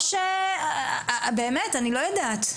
או שאני לא יודעת.